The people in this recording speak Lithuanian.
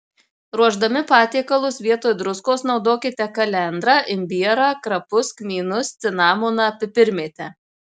ruošdami patiekalus vietoj druskos naudokite kalendrą imbierą krapus kmynus cinamoną pipirmėtę